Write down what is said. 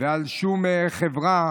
ועל שום חברה.